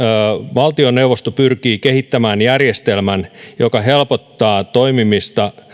valtioneuvosto pyrkii kehittämään järjestelmän joka helpottaa toimimista